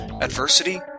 Adversity